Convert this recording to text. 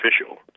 official